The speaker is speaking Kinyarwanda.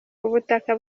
ubutaka